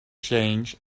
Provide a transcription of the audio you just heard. change